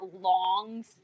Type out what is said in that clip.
long